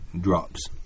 drops